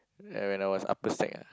ya when I was upper sec ah